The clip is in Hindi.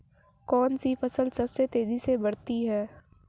कौनसी फसल सबसे तेज़ी से बढ़ती है?